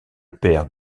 père